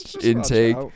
intake